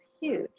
huge